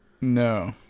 No